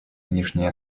нынешнее